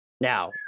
Now